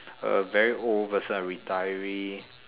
a very old person a retiree